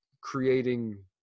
creating